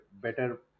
better